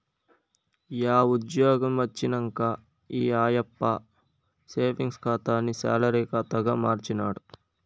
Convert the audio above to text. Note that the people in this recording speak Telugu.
యా ఉజ్జ్యోగం వచ్చినంక ఈ ఆయప్ప సేవింగ్స్ ఖాతాని సాలరీ కాతాగా మార్చినాడు